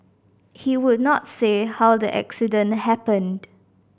he would not say how the accident happened